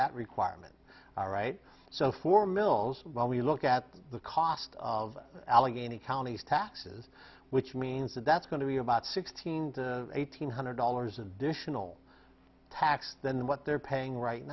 that requirement all right so for mills well we look at the cost of allegheny county as taxes which means that that's going to be about sixteen to eighteen hundred dollars additional tax than what they're paying right